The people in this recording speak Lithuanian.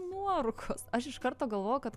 nuorūkos aš iš karto galvojau kad